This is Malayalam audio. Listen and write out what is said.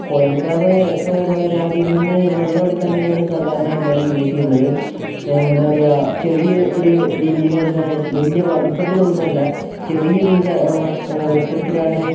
കുഴൽക്കിണറ് ഇപ്പോൾ എന്താ പറയുക അതിൽ നിന്ന് വെള്ളമെടുക്കാൻ തന്നെയാണ് സാധാരണ എല്ലാവരും യൂസ് ചെയ്യുന്നത് എന്താ പറയുക ചെറിയ ഒരു രീതിയിൽ എന്താ പറയുക വലിയ വലിപ്പത്തിലുള്ളതോന്നുമല്ല ചെറിയൊരു വട്ട വൃത്തത്തിലാണ്